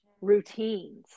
routines